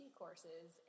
courses